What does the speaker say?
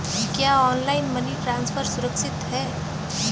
क्या online money transfer सुरक्षित है?